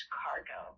cargo